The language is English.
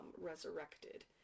resurrected